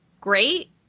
great